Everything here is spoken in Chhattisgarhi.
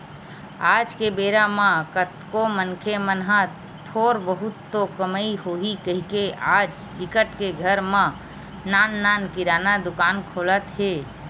आज के बेरा म कतको मनखे मन ह थोर बहुत तो कमई होही कहिके आज बिकट के घर म नान नान किराना दुकान खुलत हे